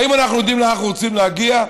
האם אנחנו יודעים לאן אנחנו רוצים להגיע?